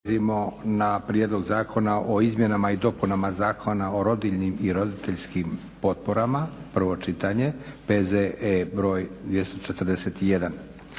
Prijedlog zakona o izmjenama i dopunama Zakona o rodiljnim i roditeljskim potporama, prvo čitanje, PZE br. 241